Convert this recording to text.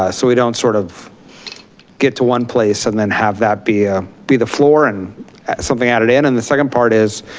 ah so we don't sort of get to one place and then have that be ah be the floor and something added in. and the second part is,